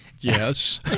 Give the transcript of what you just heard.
Yes